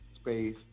space